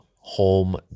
home